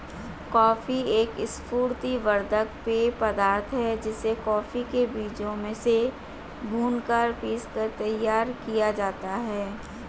coffee एक स्फूर्ति वर्धक पेय पदार्थ है जिसे कॉफी के बीजों से भूनकर पीसकर तैयार किया जाता है